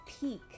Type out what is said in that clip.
peak